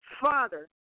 Father